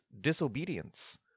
disobedience